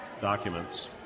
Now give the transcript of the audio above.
documents